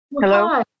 Hello